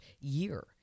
year